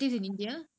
most of them